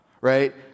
right